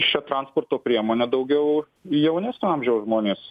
šia transporto priemone daugiau jaunesnio amžiaus žmonės